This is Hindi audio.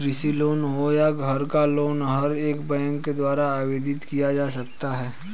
कृषि लोन हो या घर का लोन हर एक बैंक के द्वारा आवेदित किया जा सकता है